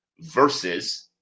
versus